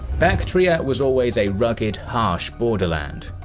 bactria was always a rugged, harsh borderland.